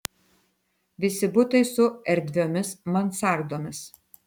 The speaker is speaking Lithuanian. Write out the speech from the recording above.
visi butai su erdviomis mansardomis